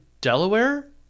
Delaware